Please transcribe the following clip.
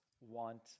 want